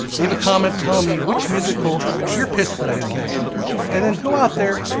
leave a comment telling me which musical you're pissed that i didn't mention and then go out there,